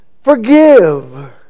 forgive